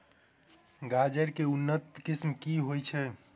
गाजर केँ के उन्नत किसिम केँ बीज होइ छैय?